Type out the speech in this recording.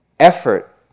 Effort